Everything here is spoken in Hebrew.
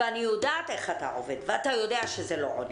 ואני יודעת איך אתה עובד, ואתה יודע שזה לא עונה.